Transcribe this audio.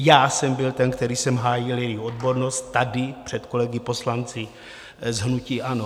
Já jsem byl ten, který jsem hájil její odbornost tady, před kolegy poslanci z hnutí ANO.